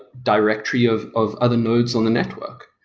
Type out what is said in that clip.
directory of of other nodes on the network.